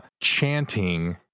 chanting